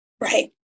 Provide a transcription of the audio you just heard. right